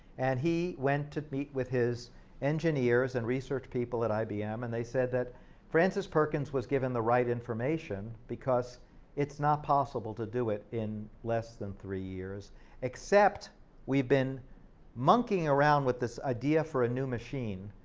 and he went to meet with his engineers and research people at ibm and they said that frances perkins was given the right information because it's not possible to do it in less than three years except we've been monkeying around with this idea for a new machine,